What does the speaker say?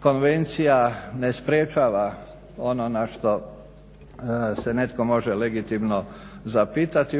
konvencija ne sprječava ono na što se netko može legitimno zapitati